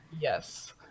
Yes